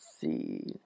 see